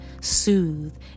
soothe